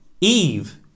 Eve